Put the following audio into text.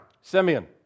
Simeon